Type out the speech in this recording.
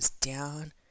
down